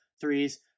threes